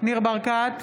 ניר ברקת,